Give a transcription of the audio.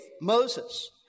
Moses